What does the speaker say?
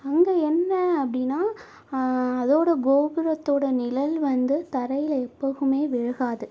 அங்கே என்ன அப்படினா அதோட கோபுரத்தோட நிழல் வந்து தரையில் எப்போதுமே விழுகாது